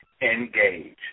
Engage